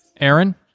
Aaron